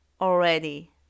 already